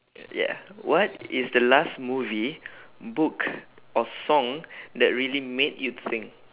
ya what is the last movie book or song that really made you think